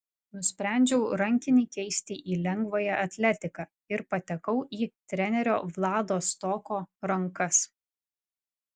nusprendžiau rankinį keisti į lengvąją atletiką ir patekau į trenerio vlado stoko rankas